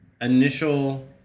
initial